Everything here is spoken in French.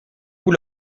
vous